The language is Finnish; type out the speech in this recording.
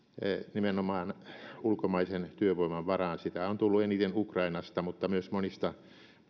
nimenomaan ulkomaisen työvoiman varaan sitä on tullut eniten ukrainasta mutta myös monista